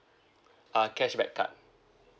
uh cashback card